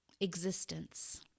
existence